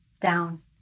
down